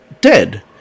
dead